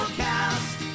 cast